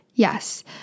Yes